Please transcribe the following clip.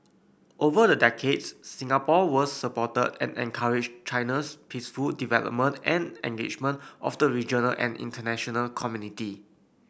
over the decades Singapore was supported and encouraged China's peaceful development and engagement of the regional and international community